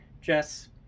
Jess